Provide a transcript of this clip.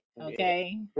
Okay